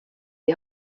die